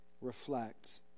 reflect